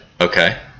Okay